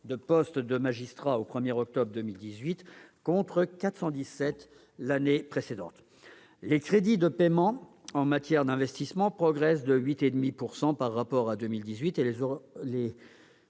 de postes de magistrat au 1 octobre 2018, contre 417 l'année précédente. Les crédits de paiement en matière d'investissement progressent de 8,5 % par rapport à 2018 et les